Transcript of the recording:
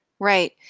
Right